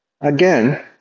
Again